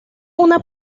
una